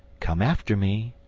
come after me,